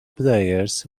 players